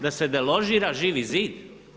Da se deložira Živi zid?